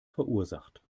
verursacht